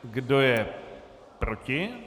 Kdo je proti?